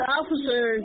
officer